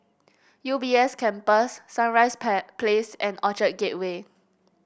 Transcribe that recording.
U B S Campus Sunrise Pie Place and Orchard Gateway